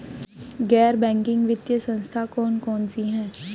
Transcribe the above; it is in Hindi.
गैर बैंकिंग वित्तीय संस्था कौन कौन सी हैं?